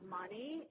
money